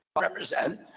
represent